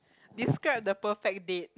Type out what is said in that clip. describe the perfect date